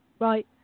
Right